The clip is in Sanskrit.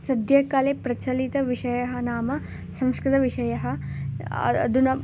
सद्यकाले प्रचलितः विषयः नाम संस्कृत विषयः अधुना